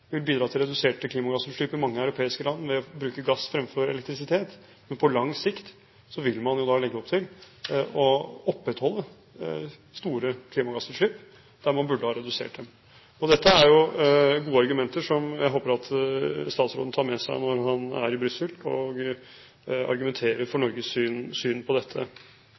vil bidra til reduserte klimagassutslipp i mange europeiske land ved å bruke gass fremfor elektrisitet, men på lang sikt vil man legge opp til å opprettholde store klimagassutslipp der man burde ha redusert dem. Dette er gode argumenter som jeg håper at statsråden tar med seg når han er i Brussel og argumenterer for Norges syn på dette.